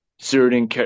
certain